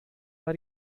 war